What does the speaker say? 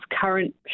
current